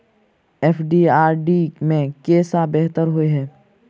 FD आ RD मे केँ सा बेहतर होइ है?